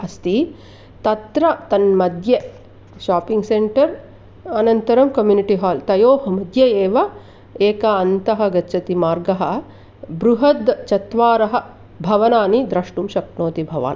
अस्ति तत्र तन्मध्ये शोपिङ्ग् सेण्टर् अनन्तरं कम्युनिटि हाल् तयोः मध्ये एव एकः अन्तः गच्छति मार्गः बृहद् चत्वारि भवनानि द्रष्टुं शक्नोति भवान्